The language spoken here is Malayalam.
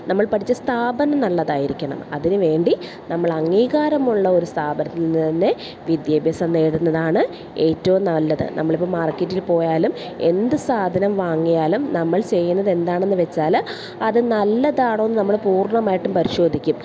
നമ്മൾ പഠിച്ച സ്ഥാപനം നല്ലതായിരിക്കണം അതിന് വേണ്ടി നമ്മൾ അംഗീകാരമുള്ള ഒരു സ്ഥാപനത്തിൽ നിന്ന് തന്നെ വിദ്യാഭ്യാസം നേടുന്നതാണ് ഏറ്റവും നല്ലത് നമ്മൾ ഇപ്പോൾ മാർക്കറ്റിൽ പോയാലും എന്ത് സാധനം വാങ്ങിയാലും നമ്മൾ ചെയ്യുന്നത് എന്താണെന്ന് വെച്ചാൽ അത് നല്ലതാണോ എന്ന് നമ്മൾ പൂർണ്ണമായിട്ടും പരിശോധിക്കും